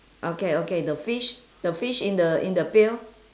okay okay the fish the fish in the in the pail